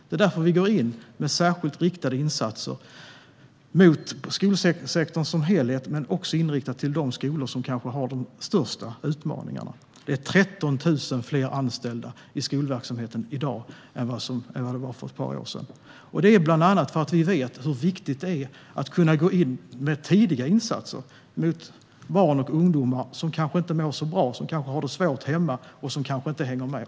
Det är därför vi går in med särskilt riktade insatser mot skolsektorn som helhet men också riktat mot de skolor som kanske har de största utmaningarna. Det är 13 000 fler anställda i skolverksamheten i dag än det var för ett par år sedan. Det beror bland annat på att vi vet hur viktigt det är att kunna gå in med tidiga insatser för barn och ungdomar som kanske inte mår så bra, som kanske har det svårt hemma och som kanske inte hänger med.